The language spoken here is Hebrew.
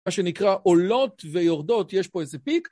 מה שנקרא עולות ויורדות, יש פה איזה פיק?